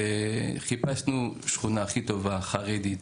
חיפשנו שכונה הכי טובה, חרדית.